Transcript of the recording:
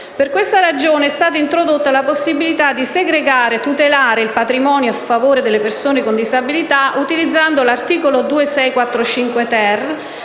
Per questa ragione è stata introdotta la possibilità di segregare e tutelare il patrimonio a favore delle persone con disabilità utilizzando l'articolo 2645-*ter*